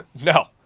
No